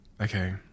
Okay